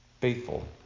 faithful